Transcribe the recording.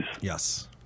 Yes